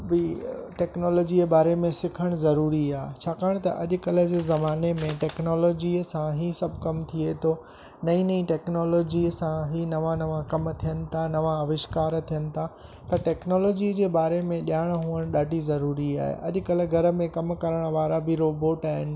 बि टैक्नोलॉजी जे बारे में सिखणु ज़रूरी आहे छाकाणि त अॼुकल्ह जे ज़माने में टैक्नोलॉजीअ सां ई सभ कम थिए थो नई नई टैक्नोलॉजीअ सां ई नवा नवा कम थियनि था नवा आविष्कार थियनि था त टैक्नोलॉजी जे बारे में ॼाणु हुजणु ॾाढी ज़रूरी आहे अॼुकल्ह घर में कम करण वारा बि रोबोट आहिनि